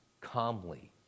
calmly